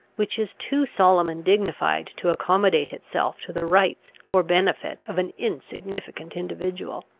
which is too solemn and dignified to accommodate itself to the rights or benefit of an insignificant individual.